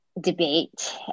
debate